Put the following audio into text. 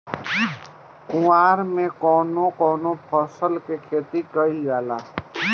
कुवार में कवने कवने फसल के खेती कयिल जाला?